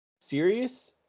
Serious